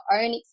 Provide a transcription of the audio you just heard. own